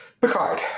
Picard